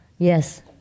Yes